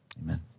Amen